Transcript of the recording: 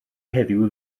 heddiw